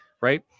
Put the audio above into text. right